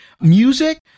music